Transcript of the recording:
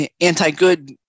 anti-good